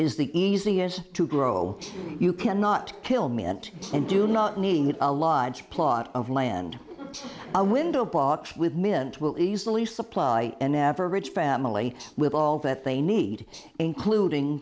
is the easiest to grow you cannot kill me and and do not need a large plot of land a window box with mint will easily supply an average family with all that they need including